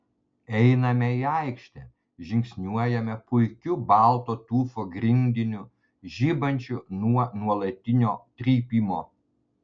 einame į aikštę žingsniuojame puikiu balto tufo grindiniu žibančiu nuo nuolatinio trypimo